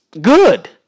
good